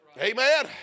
Amen